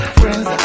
friends